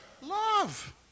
love